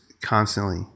constantly